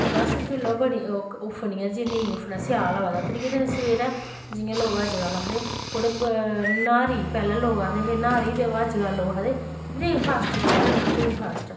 ते बस जिसलै ओह् उफनियां ते जे नेईं उफनैं स्याल होऐ ते त्रीयै दिन सवेरै जि'यां लोग अजकल आखदे कुड़े न्हारी पैह्लें लोग आखदे हे न्हारी ते अजकल लोग आखदे ब्रेकफॉस्ट केह् करना ब्रेकफॉस्ट